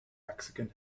mexican